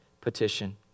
petition